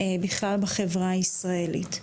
בכלל בחברה הישראלית.